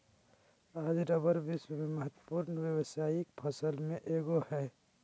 आज रबर विश्व के महत्वपूर्ण व्यावसायिक फसल में एगो हइ